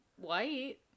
white